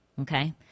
Okay